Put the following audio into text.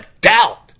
doubt